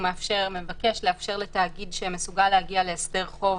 הוא מבקש לאפשר לתאגיד שמסוגל להגיע להסדר חוב